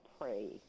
pray